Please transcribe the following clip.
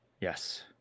Yes